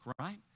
right